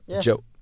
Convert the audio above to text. Joe